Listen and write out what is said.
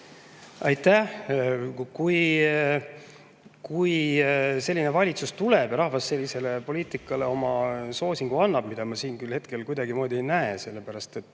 Aitäh! Et selline valitsus tuleb ja rahvas sellisele poliitikale oma soosingu annab, ma siin küll hetkel kuidagimoodi ei näe, sellepärast et